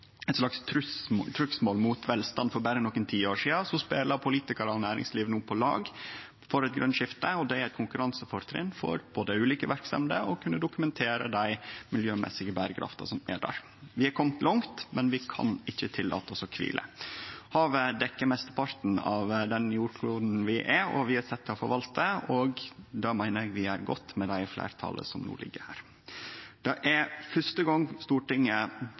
eit slags trugsmål mot velstand for berre nokre tiår sidan, speler politikarar og næringsliv no på lag for eit grønt skifte, og det er eit konkurransefortrinn for dei ulike verksemdene å kunne dokumentere den miljømessige berekrafta som er der. Vi har kome langt, men vi kan ikkje tillate oss å kvile. Havet dekkjer mesteparten av den jordkloden vi har og er sette til å forvalte, og det meiner eg vi gjer godt med det fleirtalet som no ligg her. Det er fyrste gongen Stortinget